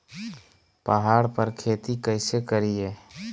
पहाड़ पर खेती कैसे करीये?